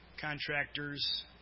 contractors